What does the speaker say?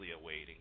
awaiting